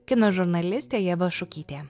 kino žurnalistė ieva šukytė